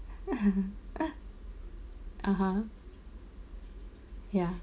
(uh huh) ya